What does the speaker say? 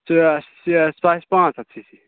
سۄ آسہِ پانٛژھ ہتھ سی سی